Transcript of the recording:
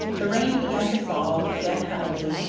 the rain began to fall again heavily,